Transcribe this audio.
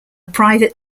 private